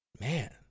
Man